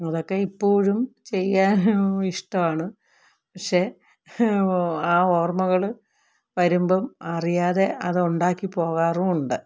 അതൊക്കെ ഇപ്പോഴും ചെയ്യാൻ ഇഷ്ടവാണ് പക്ഷെ ആ ഓർമ്മകള് വരുമ്പം അറിയാതെ അത് ഉണ്ടാക്കിപോകാറും ഉണ്ട്